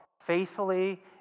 faithfully